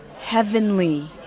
heavenly